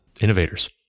innovators